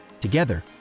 Together